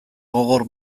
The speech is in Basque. gogor